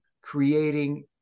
creating